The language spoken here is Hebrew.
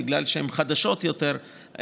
בגלל שהן חדשות יותר,